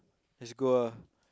let's go ah